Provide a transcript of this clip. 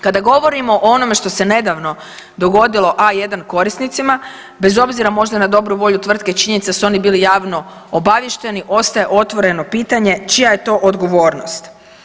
Kada govorimo o onome što se nedavno dogodilo A1 korisnicima bez obzira možda na dobru volju tvrtke činjenica je da su oni bili javno obavješteni ostaje otvoreno pitanje čija je to odgovornost.